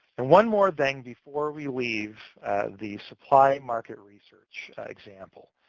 and one more thing before we leave the supply market research example.